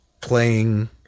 playing